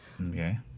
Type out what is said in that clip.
Okay